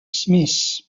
smith